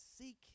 seek